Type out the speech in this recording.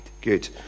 Good